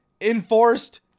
enforced